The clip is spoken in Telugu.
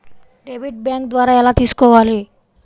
డెబిట్ బ్యాంకు ద్వారా ఎలా తీసుకోవాలి?